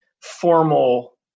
formal